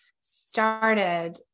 started